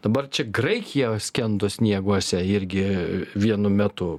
dabar čia graikija skendo snieguose irgi vienu metu